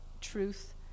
truth